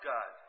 God